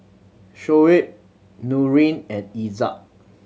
Shoaib Nurin and Izzat